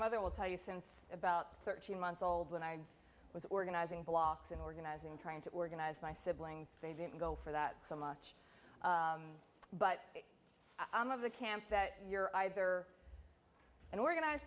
mother will tell you since about thirteen months old when i was organizing blocks and organizing trying to organize my siblings they didn't go for that so much but i'm of the camp that you're either an organized